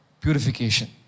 purification